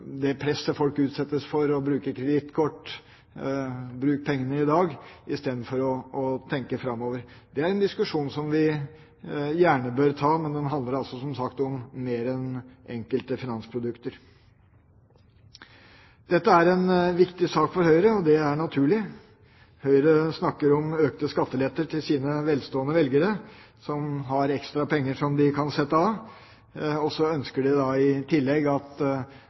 det presset folk utsettes for: å bruke kredittkort, bruke pengene i dag istedenfor å tenke framover. Det er en diskusjon som vi gjerne bør ta, men den handler som sagt om mer enn enkelte finansprodukter. Dette er en viktig sak for Høyre, og det er naturlig. Høyre snakker om økte skatteletter til sine velstående velgere som har ekstra penger som de kan sette av, og så ønsker de i tillegg at